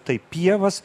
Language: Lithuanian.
tai pievas